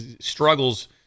struggles